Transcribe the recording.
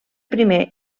primer